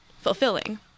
fulfilling